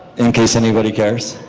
in case anybody cares.